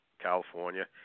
California